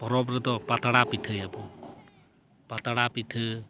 ᱯᱚᱨᱚᱵᱽ ᱨᱮᱫᱚ ᱯᱟᱛᱲᱟ ᱯᱤᱴᱷᱟᱹᱭᱟᱵᱚᱱ ᱯᱟᱛᱲᱟ ᱯᱤᱴᱷᱟᱹ